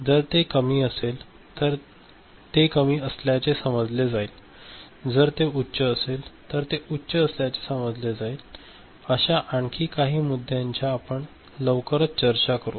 जर ते कमी असेल तर ते कमी असल्याचे समजले जाईल जर ते उच्च असेल तर ते उच्च असल्यासारखे समजले जाईल अशा आणखी काही मुद्द्यांचा आपण लवकरच चर्चा करू